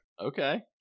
Okay